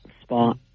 spot